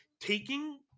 taking